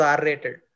R-rated